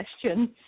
question